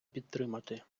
підтримати